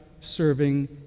serving